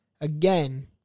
Again